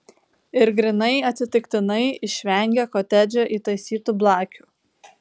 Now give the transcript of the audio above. ir grynai atsitiktinai išvengė kotedže įtaisytų blakių